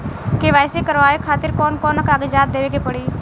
KYC करवावे खातिर कौन कौन कागजात देवे के पड़ी?